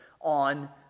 on